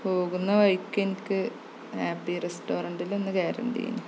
പോകുന്ന വഴിക്കെനിക്ക് ഹാപ്പി റെസ്റ്റോറൻറ്റിലൊന്ന് കേറെണ്ടീന്